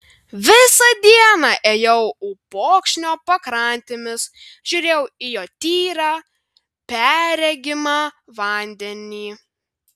visą dieną ėjau upokšnio pakrantėmis žiūrėjau į jo tyrą perregimą vandenį